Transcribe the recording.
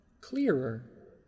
clearer